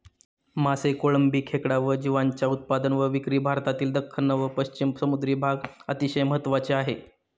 मासे, कोळंबी, खेकडा या जीवांच्या उत्पादन व विक्री भारतातील दख्खन व पश्चिम समुद्री भाग अतिशय महत्त्वाचे आहे